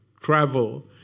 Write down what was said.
travel